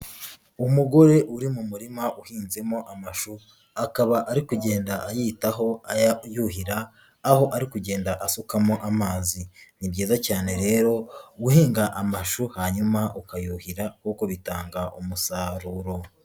Umugore uri mu murima uhinzemo amashu akaba ari kugenda ayitaho ayuhira, aho ari kugenda asukamo amazi, ni byiza cyane rero guhinga amashu hanyuma ukayuhira kuko bitanga umusaruro.